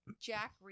Jack